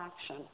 action